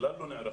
כלל לא נערכים,